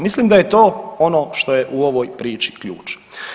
Mislim da je to ono što je u ovoj priči ključno.